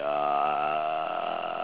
uh